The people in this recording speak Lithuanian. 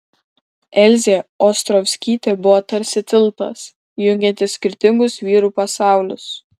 elzė ostrovskytė buvo tarsi tiltas jungiantis skirtingus vyrų pasaulius